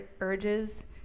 urges